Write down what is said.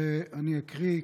ואני אקריא,